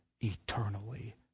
eternally